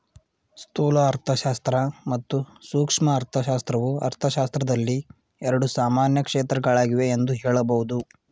ಸ್ಥೂಲ ಅರ್ಥಶಾಸ್ತ್ರ ಮತ್ತು ಸೂಕ್ಷ್ಮ ಅರ್ಥಶಾಸ್ತ್ರವು ಅರ್ಥಶಾಸ್ತ್ರದಲ್ಲಿ ಎರಡು ಸಾಮಾನ್ಯ ಕ್ಷೇತ್ರಗಳಾಗಿವೆ ಎಂದು ಹೇಳಬಹುದು